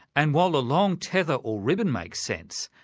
and while a long tether or ribbon makes sense,